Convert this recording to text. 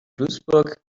duisburg